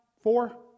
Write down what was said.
Four